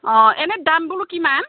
অঁ এনেই দামবোৰনো কিমান